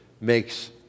makes